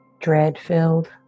Dread-filled